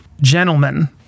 gentlemen